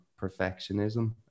perfectionism